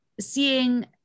seeing